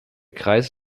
kreis